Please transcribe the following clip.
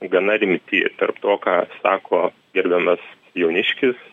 gana rimti tarp to ką sako gerbiamas jauniškis